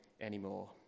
anymore